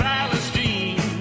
Palestine